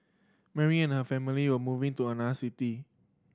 Mary and her family were moving to another city